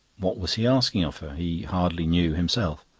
what was he asking of her? he hardly knew himself.